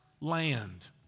land